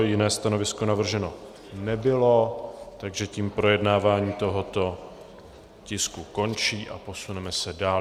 Jiné stanovisko navrženo nebylo, takže tím projednávání tohoto tisku končí a posuneme se dál.